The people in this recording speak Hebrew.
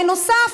למלאי נוסף.